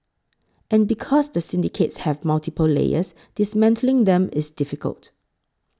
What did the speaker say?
and because the syndicates have multiple layers dismantling them is difficult